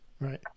Right